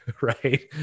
Right